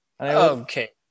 Okay